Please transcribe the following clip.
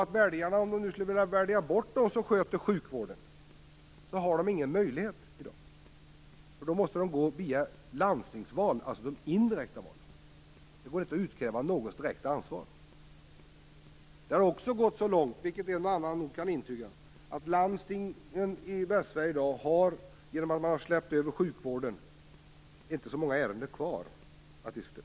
Om väljarna skulle vilja välja bort dem som sköter sjukvården, har de i dag ingen möjlighet till detta. Det måste nämligen ske via landstingsval, alltså via indirekta val. Det går inte att utkräva något direkt ansvar. Som en och annan nog kan intyga har det också gått så långt att landstingen i Västsverige i dag, sedan de släppt ifrån sig sjukvården, inte har så många ärenden kvar att diskutera.